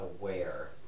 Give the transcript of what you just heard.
aware